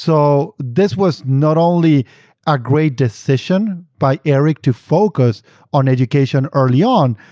so this was not only a great decision by eric to focus on education early on,